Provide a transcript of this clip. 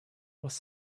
was